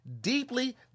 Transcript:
deeply